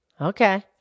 Okay